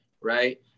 right